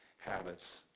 habits